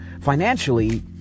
financially